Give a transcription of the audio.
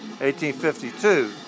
1852